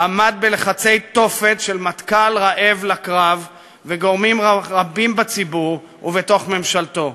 עמד בלחצי תופת של מטכ"ל רעב לקרב וגורמים רבים בציבור ובתוך ממשלתו.